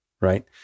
right